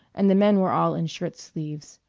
and the men were all in shirt sleeves.